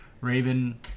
Raven